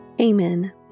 Amen